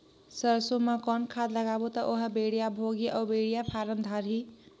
सरसो मा कौन खाद लगाबो ता ओहार बेडिया भोगही अउ बेडिया फारम धारही?